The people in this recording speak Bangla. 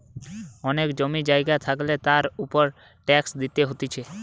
অনেক জমি জায়গা থাকলে তার উপর ট্যাক্স দিতে হতিছে